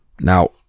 Now